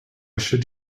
should